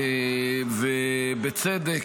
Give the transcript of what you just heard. ובצדק.